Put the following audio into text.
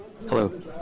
Hello